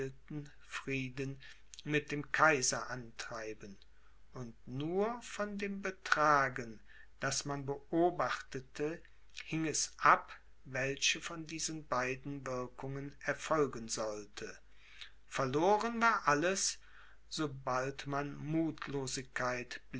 frieden mit dem kaiser antreiben und nur von dem betragen das man beobachtete hing es ab welche von diesen beiden wirkungen erfolgen sollte verloren war alles sobald man muthlosigkeit